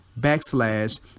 backslash